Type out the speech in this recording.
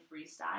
freestyle